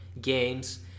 games